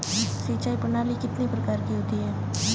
सिंचाई प्रणाली कितने प्रकार की होती है?